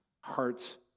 hearts